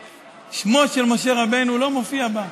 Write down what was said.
שמו של משה רבנו לא מופיע בה.